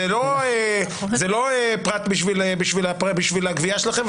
זה לא פרט בשביל הגבייה שלכם,